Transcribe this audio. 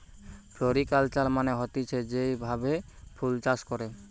floriculture মানে হতিছে যেই ভাবে ফুল চাষ করে